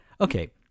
okay